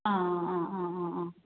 ആ ആ ആ ആ ആ